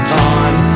time